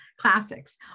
classics